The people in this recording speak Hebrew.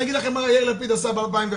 אני אגיד לכם מה יאיר לפיד עשה ב-2013,